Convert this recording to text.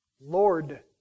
Lord